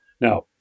Now